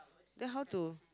then how to